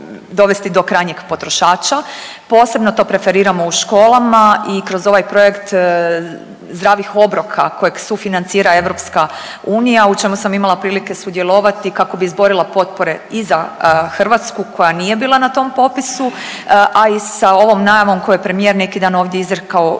dovesti do krajnjeg potrošača. Posebno to preferiramo u školama i kroz ovaj projekt zdravih obroka koje sufinancira EU, u čemu sam imala prilike sudjelovati, kako bi izborila potpore i za Hrvatsku, koja nije bila na tom popisu, a i sa ovom najavom koje je premijer neki dan ovdje izrekao